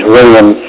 William